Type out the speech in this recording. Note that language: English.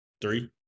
Three